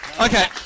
Okay